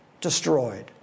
destroyed